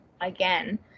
again